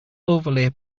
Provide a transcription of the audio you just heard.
overlay